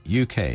UK